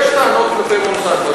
יש טענות כלפי "מונסנטו",